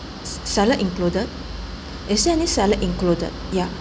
sa~ salad included is there any salad included ya